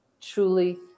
truly